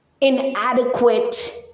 inadequate